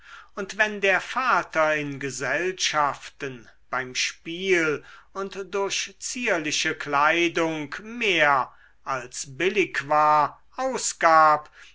und wenn der vater in gesellschaften beim spiel und durch zierliche kleidung mehr als billig war ausgab